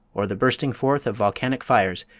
or the bursting forth of volcanic fires,